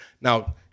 Now